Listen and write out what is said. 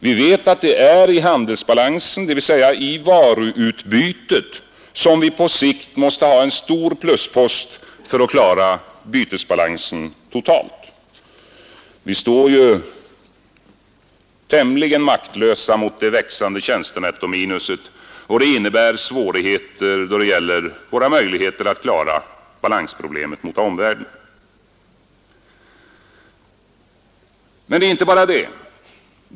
Vi vet att det är i handelsbalansen — dvs. i varuutbytet — som vi på sikt måste ha en stor pluspost för att klara bytesbalansen totalt. Vi står ju tämligen maktlösa mot det växande tjänstenettominuset, och det innebär svårigheter då det gäller våra möjligheter att klara balansproblemen mot omvärlden. Men det är inte bara detta.